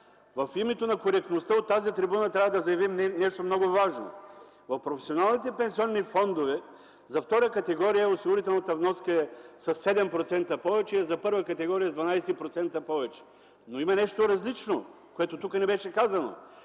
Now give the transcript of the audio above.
в името на коректността от тази трибуна трябва да заявим нещо много важно – в професионалните пенсионни фондове за втора категория осигурителната вноска е със 7% повече, за първа категория – с 12% повече. Но има нещо различно, което тук не беше казано